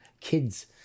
kids